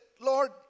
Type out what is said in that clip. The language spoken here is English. Lord